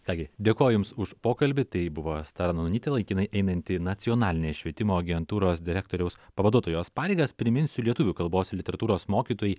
ką gi dėkoju jums už pokalbį tai buvo asta ranonytė laikinai einanti nacionalinės švietimo agentūros direktoriaus pavaduotojos pareigas priminsiu lietuvių kalbos literatūros mokytojai